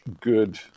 good